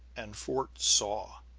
and fort saw.